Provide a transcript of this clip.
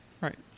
Right